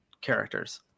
characters